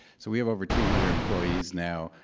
so we have over two hundred employees now,